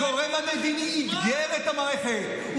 הגורם המדיני אתגר את המערכת.